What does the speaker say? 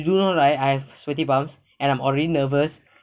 you do know right I've sweaty bumps and I'm already nervous